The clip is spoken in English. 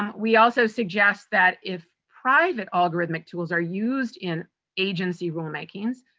um we also suggest that, if private algorithmic tools are used in agency rule makings,